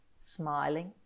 smiling